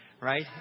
right